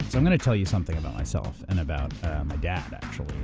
i'm going to tell you something about myself and about my dad, actually,